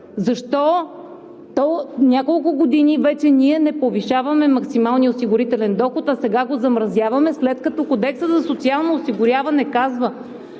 Защо няколко години вече ние не повишаваме максималния осигурителен доход, а сега го замразяваме, след като Кодексът за социално осигуряване казва,